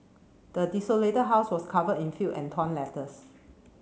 the desolated house was covered in filth and torn letters